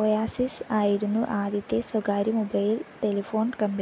oasis ആയിരുന്നു ആദ്യത്തെ സ്വകാര്യ മൊബൈൽ ടെലിഫോൺ കമ്പനി